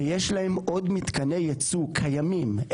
ויש להם עוד מתקני ייצוא קיימים,